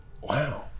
Wow